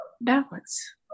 balance